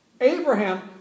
Abraham